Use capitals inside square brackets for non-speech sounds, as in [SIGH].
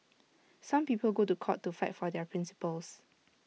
[NOISE] some people go to court to fight for their principles